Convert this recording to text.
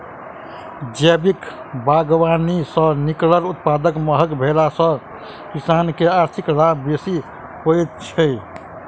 जैविक बागवानी सॅ निकलल उत्पाद महग भेला सॅ किसान के आर्थिक लाभ बेसी होइत छै